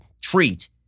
treat